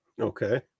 Okay